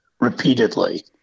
repeatedly